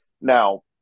now